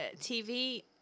TV